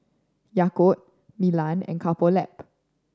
Yakult Milan and Couple Lab